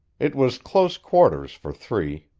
it was close quarters for three,